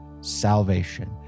salvation